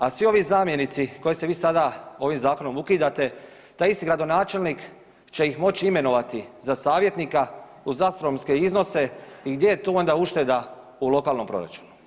A svi ovi zamjenici koje ste vi sada, ovim zakonom ukidate taj isti gradonačelnik će ih moći imenovati za savjetnika uz astronomske iznose i gdje je tu onda ušteda u lokalnom proračunu?